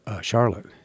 Charlotte